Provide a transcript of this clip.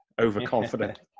overconfident